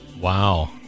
wow